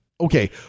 Okay